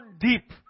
deep